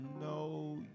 no